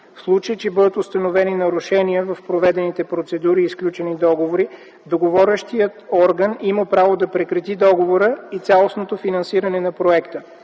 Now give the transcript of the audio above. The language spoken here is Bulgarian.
В случай, че бъдат установени нарушения в проведените процедури и сключени договори, договарящият орган има право да прекрати договора и цялостното финансиране на проекта.